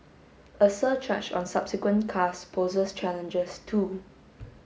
a surcharge on subsequent cars poses challenges too